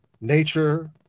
nature